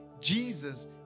Jesus